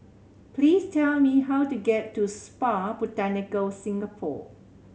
please tell me how to get to Spa Botanica Singapore